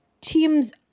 teams